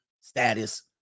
status